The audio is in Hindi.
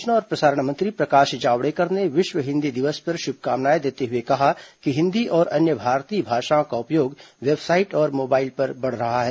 सूचना और प्रसारण मंत्री प्रकाश जावड़ेकर ने विश्व हिंदी दिवस पर शुभकामनाएं देते हुए कहा कि हिंदी और अन्य भारतीय भाषाओं का उपयोग वेबसाइट और मोबाइल पर बढ़ रहा है